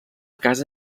casa